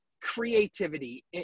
Creativity